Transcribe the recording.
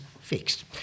fixed